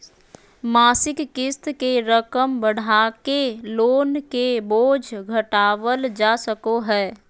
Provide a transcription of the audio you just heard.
मासिक क़िस्त के रकम बढ़ाके लोन के बोझ घटावल जा सको हय